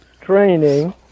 training